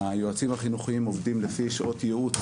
היועצים החינוכיים עובדים לפי שעות ייעוץ